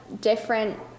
different